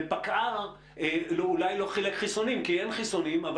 ופקע"ר אולי לא חילק חיסונים כי אין חיסונים אבל